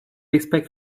expect